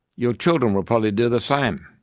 your children will probably do the same.